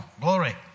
glory